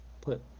put